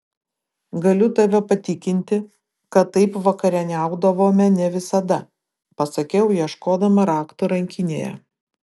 galiu tave patikinti kad taip vakarieniaudavome ne visada pasakiau ieškodama raktų rankinėje